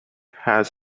has